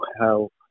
help